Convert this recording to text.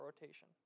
rotation